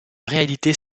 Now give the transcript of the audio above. réalité